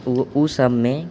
ओ सभमे